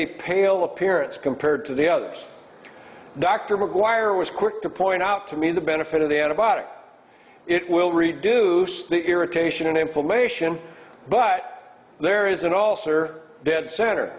a pale appearance compared to the others dr mcguire was quick to point out to me the benefit of the antibiotic it will reduce the irritation inflammation but there isn't also are dead center